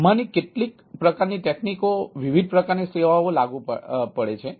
તેથી આમાંની કેટલીક પ્રકારની તકનીકો વિવિધ પ્રકારની સેવાઓમાં લાગુ પડે છે